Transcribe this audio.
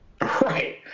Right